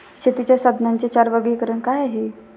शेतीच्या साधनांचे चार वर्गीकरण काय आहे?